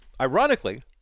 ironically